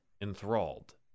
enthralled